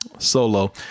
solo